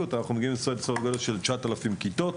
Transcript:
אותה אנחנו מגיעים לסדר גודל של 9,000 כיתות.